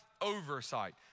oversight